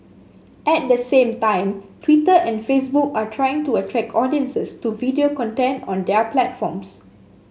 at the same time Twitter and Facebook are trying to attract audiences to video content on their platforms